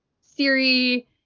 Siri